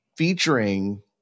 Featuring